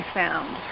found